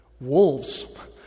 Wolves